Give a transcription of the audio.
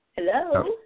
Hello